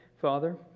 Father